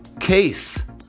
Case